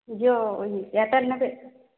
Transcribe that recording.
ଜିଓ ଏୟାରଟେଲ୍ ନେବେ